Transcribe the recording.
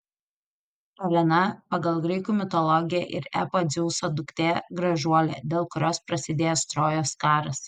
elena pagal graikų mitologiją ir epą dzeuso duktė gražuolė dėl kurios prasidėjęs trojos karas